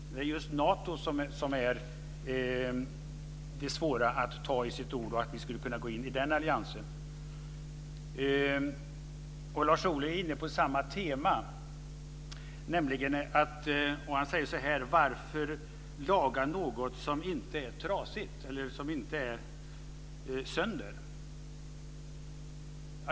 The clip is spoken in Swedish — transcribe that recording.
Är det just Nato som är svårt att ta i sin mun, att vi skulle kunna gå in i den alliansen? Lars Ohly är inne på samma tema. Han frågar varför man ska laga något som inte är sönder.